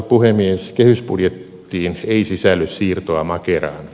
kehysbudjettiin ei sisälly siirtoa makeraan